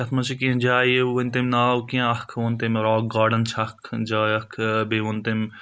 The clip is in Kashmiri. تَتھ منٛز چھِ کینٛہہ جایہِ وۄنۍ تٔمۍ ناو کینٛہہ اکھ ووٚن تٔمۍ رَاک گاڈَن چھِ اَکھ جاے اَکھ بیٚیہِ ووٚن تٔمۍ